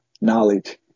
knowledge